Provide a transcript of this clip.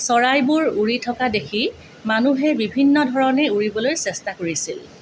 চৰাইবোৰ উৰি থকা দেখি মানুহে বিভিন্ন ধৰণে উৰিবলৈ চেষ্টা কৰিছিল